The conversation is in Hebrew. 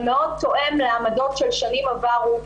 אבל מאוד תואם לעמדות של שנים עברו.